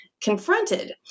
confronted